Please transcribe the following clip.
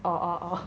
oh oh oh